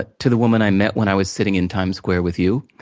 ah to the woman i met when i was sitting in times square with you,